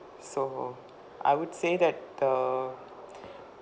so I would say that the